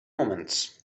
moments